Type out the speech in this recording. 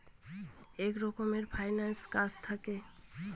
এক রকমের ফিন্যান্স কাজ থাকে